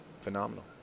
phenomenal